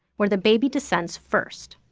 where the baby descends first.